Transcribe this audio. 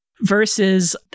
versus